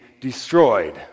destroyed